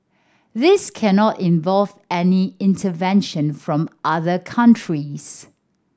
this cannot involve any intervention from other countries